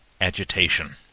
agitation